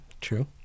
True